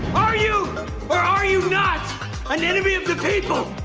are you or are you not an enemy of the people?